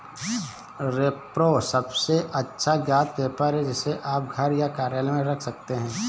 repro सबसे अच्छा ज्ञात पेपर है, जिसे आप घर या कार्यालय में रख सकते हैं